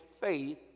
faith